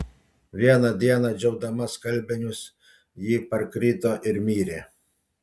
vieną dieną džiaudama skalbinius ji parkrito ir mirė